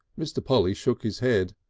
mr. polly shook his head,